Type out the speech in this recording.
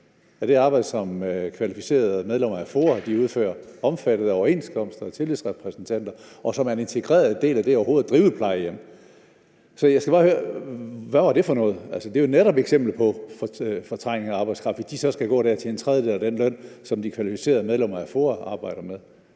det arbejde, som kvalificerede medlemmer af FOA udfører, og omfattet af overenskomster, hvor der er tillidsrepræsentanter, og som en integreret del af det overhovedet at drive plejehjem. Så jeg skal bare høre, hvad det var for noget. Det er jo netop et eksempel på at fortrænge arbejdskraft, hvis de så skal gå der til en tredjedel af den løn, som de kvalificerede medlemmer af FOA arbejder for.